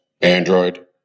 Android